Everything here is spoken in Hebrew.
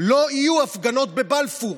לא יהיו הפגנות בבלפור.